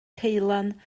ceulan